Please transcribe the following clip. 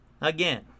Again